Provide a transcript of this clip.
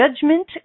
judgment